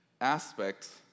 aspects